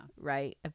right